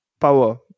power